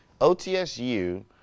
OTSU